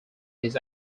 his